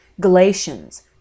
Galatians